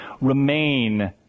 remain